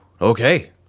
okay